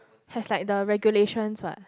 has like the regulations what